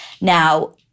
Now